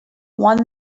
one